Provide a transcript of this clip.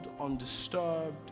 undisturbed